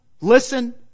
listen